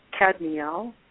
Cadmiel